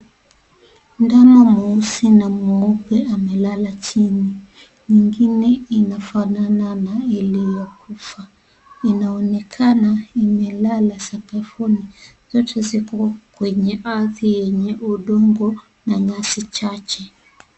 Ndama mweusi na mweupe amelala chini, mwingine inafanana na iliyokufa. Inaonekana imelala sakafuni, zote ziko kwenye earth yenye udongo na nyasi chache.